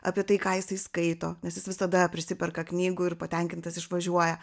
apie tai ką jisai skaito nes jis visada prisiperka knygų ir patenkintas išvažiuoja